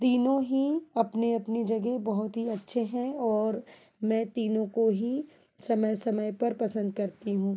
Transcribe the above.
तीनों ही अपनी अपनी जगेह बहुत ही अच्छे हैं और मैं तीनों को ही समय समय पर पसंद करती हूँ